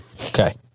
Okay